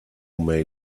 may